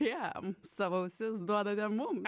jam savo ausis duodate mums